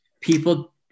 people